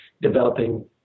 developing